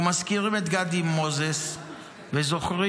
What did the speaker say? אנחנו מזכירים את גדי מוזס וזוכרים,